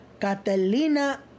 Catalina